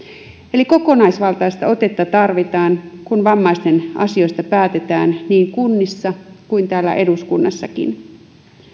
eli kokonaisvaltaista otetta tarvitaan kun vammaisten asioista päätetään niin kunnissa kuin täällä eduskunnassakin